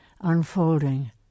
unfolding